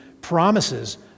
promises